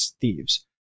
Thieves